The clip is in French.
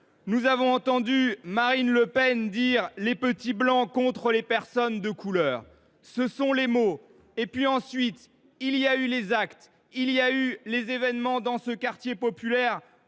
Nous avons entendu Marine Le Pen parler des « petits blancs contre les personnes de couleur ». Ce sont les mots employés. Ensuite, il y a eu les actes, ces événements dans le quartier populaire